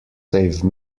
save